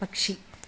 പക്ഷി